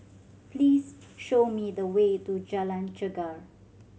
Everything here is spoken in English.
please show me the way to Jalan Chegar